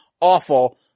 awful